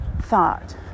thought